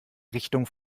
richtung